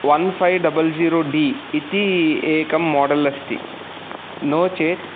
one five double zero D इति एकं model अस्ति नो चेत्